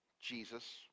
Jesus